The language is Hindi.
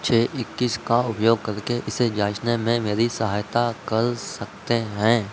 छः इक्कीस का उपयोग करके इसे जाँचने में मेरी सहायता कर सकते हैं